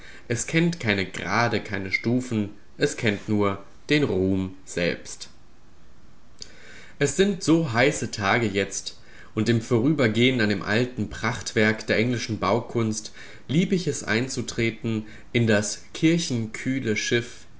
es kennt keine grade keine stufen es kennt nur den ruhm selbst es sind so heiße tage jetzt und im vorübergehen an dem alten prachtwerk der englischen baukunst lieb ich es einzutreten in das kirchenkühle schiff